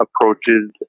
approaches